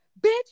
Bitch